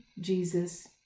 Jesus